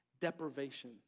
deprivation